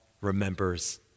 remembers